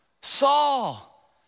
Saul